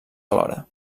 alhora